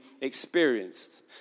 experienced